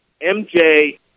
MJ